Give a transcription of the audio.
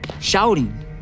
shouting